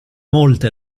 molte